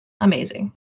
Amazing